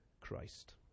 Christ